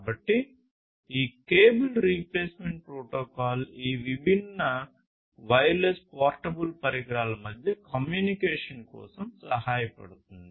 కాబట్టి ఈ cable replacement protocol ఈ విభిన్న వైర్లెస్ పోర్టబుల్ పరికరాల మధ్య కమ్యూనికేషన్ కోసం సహాయపడుతుంది